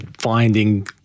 finding